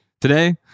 Today